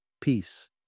peace